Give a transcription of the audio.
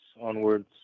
onwards